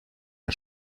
der